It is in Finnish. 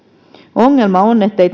ongelma on ettei